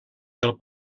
del